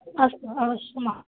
अस्तु अवश्यम्